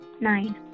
Nine